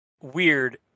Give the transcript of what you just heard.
weird